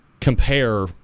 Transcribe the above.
compare